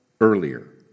earlier